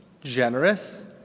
generous